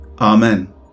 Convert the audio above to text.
Amen